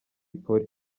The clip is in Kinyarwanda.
polly